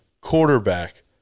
quarterback